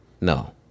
No